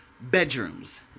bedrooms